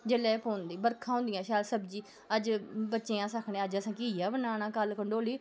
जेल्लै पौंदी बरखां होंदियां शैल सब्ज़ी अज्ज बच्चें ई अस आखने आं अज्ज अस घिया बनाना कल कंडोली